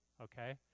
okay